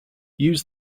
use